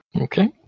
Okay